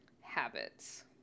habits